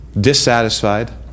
dissatisfied